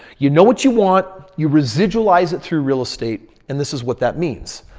you know what you want, you residual eyes it through real estate and this is what that means.